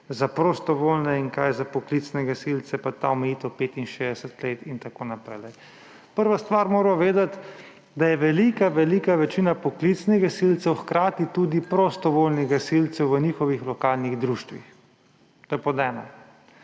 za prostovoljne in kaj za poklicne gasilce, pa ta omejitev 65 let in tako naprej. Prva stvar, ki jo moramo vedeti, je, da je velika večina poklicnih gasilcev hkrati tudi prostovoljnih gasilcev v svojih lokalnih društvih. To je pod ena.